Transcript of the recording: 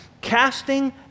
Casting